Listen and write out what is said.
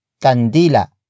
Candila